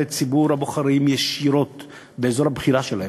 ציבור הבוחרים ישירות באזור הבחירה שלהם,